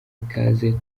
ikaze